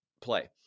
play